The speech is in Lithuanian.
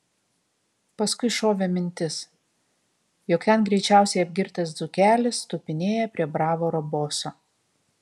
paskui šovė mintis jog ten greičiausiai apgirtęs dzūkelis tupinėja prie bravoro boso